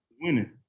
winning